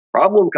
Problem